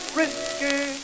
risky